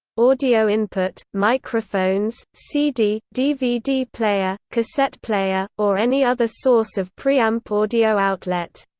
audio input microphones, cd dvd player, cassette player, or any other source of preamp audio outlet.